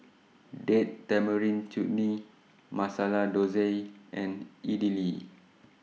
Date Tamarind Chutney Masala Dosa and Idili